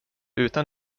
utan